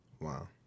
Wow